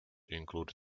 include